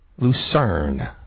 Lucerne